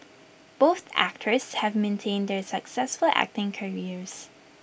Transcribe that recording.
both actors have maintained their successful acting careers